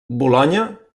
bolonya